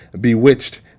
bewitched